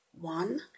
one